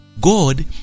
God